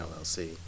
LLC